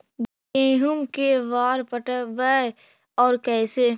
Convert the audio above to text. गेहूं के बार पटैबए और कैसे?